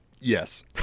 Yes